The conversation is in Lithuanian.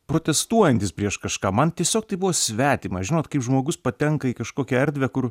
protestuojantis prieš kažką man tiesiog tai buvo svetima žinot kai žmogus patenka į kažkokią erdvę kur